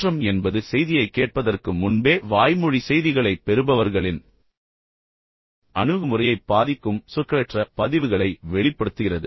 தோற்றம் என்பது செய்தியைக் கேட்பதற்கு முன்பே வாய்மொழி செய்திகளைப் பெறுபவர்களின் அணுகுமுறையைப் பாதிக்கும் சொற்களற்ற பதிவுகளை வெளிப்படுத்துகிறது